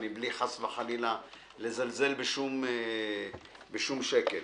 מבלי חלילה לזלזל בשום שקל.